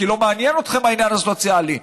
כי לא מעניין אתכם העניין הסוציאלי.